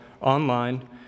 online